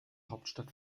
hauptstadt